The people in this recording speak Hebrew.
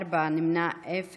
ארבעה ואפס נמנעים,